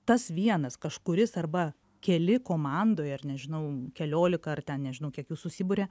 tas vienas kažkuris arba keli komandoj ar nežinau keliolika ar ten nežinau kiek jų susiburia